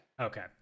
Okay